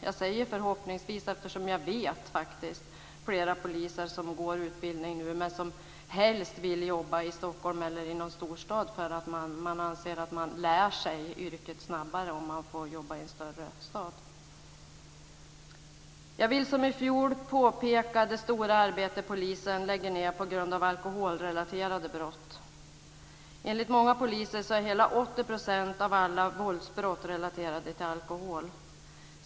Jag säger förhoppningsvis eftersom jag vet att flera poliser som går utbildningen nu helst vill jobba i Stockholm eller någon annan storstad för att de anser att de lär sig yrket snabbare om de får jobba i en större stad. Jag vill som i fjol påpeka det stora arbete polisen lägger ned på alkoholrelaterade brott. Enligt många poliser är hela 80 % av alla våldsbrott relaterade till alkohol.